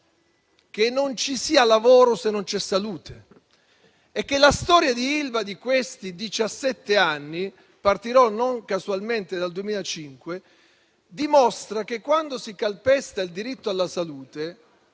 che non ci sia lavoro se non c'è salute e che la storia di Ilva degli ultimi diciassette anni, partendo non casualmente dal 2005, dimostra che, quando si calpesta il diritto alla salute,